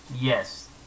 Yes